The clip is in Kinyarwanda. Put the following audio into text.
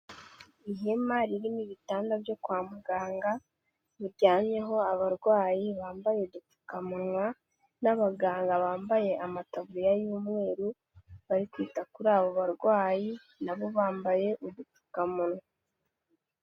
Ihema ririmo ibitanda byo kwa muganga, biryamyeho abarwayi bambaye udupfukamunwa n'abaganga bambaye amataburiya y'umweru, bari kwita kuri abo barwayi, na bo bambaye udupfukamunwa.